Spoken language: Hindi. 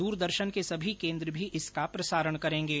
दरदर्शन के सभी केन्द्र भी इसका प्रसारण करेंगे